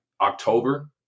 October